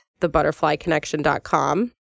thebutterflyconnection.com